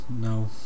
No